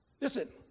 Listen